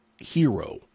hero